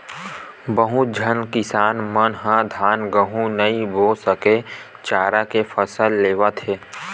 बहुत झन किसान मन ह धान, गहूँ नइ बो के चारा के फसल लेवत हे